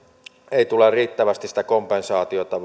ei tule riittävästi sitä kompensaatiota